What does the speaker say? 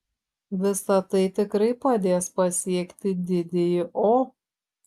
visa tai tikrai padės pasiekti didįjį o